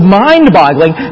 mind-boggling